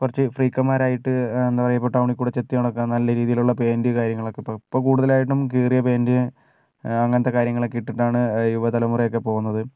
കുറച്ച് ഫ്രീക്കന്മാർ ആയിട്ട് എന്താ പറയുക ഇപ്പോൾ ടൗണിൽ കൂടി ചെത്തി നടക്കുക നല്ല രീതിയിലുള്ള പാൻറ് കാര്യങ്ങളൊക്കെ ഇപ്പോൾ കൂടുതലായിട്ടും കീറിയ പാൻറ് അങ്ങനത്തേ കാര്യങ്ങളൊക്കേ ഇട്ടിട്ടാണ് യുവതലമുറയൊക്കേ പോകുന്നത്